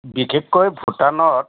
বিশেষকৈ ভূটানত